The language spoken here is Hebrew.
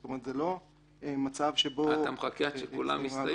זאת אומרת: זה לא מצב שבו --- אתה מחכה עד שלכולם זה יסתיים?